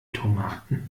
tomaten